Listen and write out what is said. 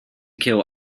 kill